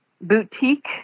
boutique